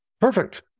Perfect